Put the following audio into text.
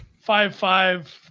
five-five